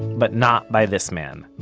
but not by this man.